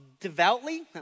devoutly